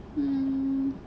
hmm